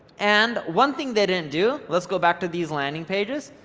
and one thing they didn't do, let's go back to these landing pages,